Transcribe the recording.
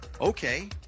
Okay